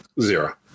Zero